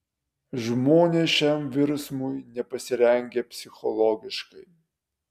žmonės šiam virsmui nepasirengę psichologiškai